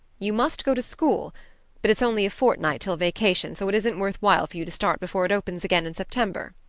you must go to school but it's only a fortnight till vacation so it isn't worth while for you to start before it opens again in september.